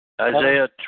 Isaiah